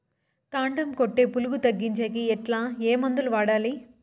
కాండం కొట్టే పులుగు తగ్గించేకి ఎట్లా? ఏ మందులు వాడాలి?